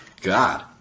God